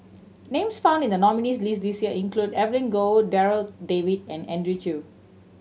names found in the nominees' list this year include Evelyn Goh Darryl David and Andrew Chew